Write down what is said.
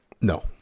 No